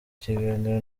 kiganiro